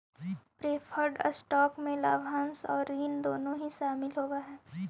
preferred stock में लाभांश आउ ऋण दोनों ही शामिल होवऽ हई